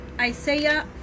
Isaiah